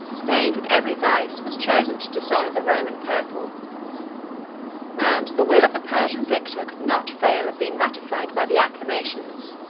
stained with every vice, was chosen to dishonor the roman purple and the will of the persian victor could not fail of being ratified by the acclamations,